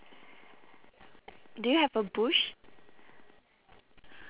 do you have a bush